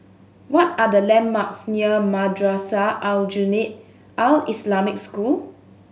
what are the landmarks near Madrasah Aljunied Al Islamic School